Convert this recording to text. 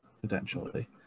potentially